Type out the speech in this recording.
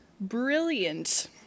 brilliant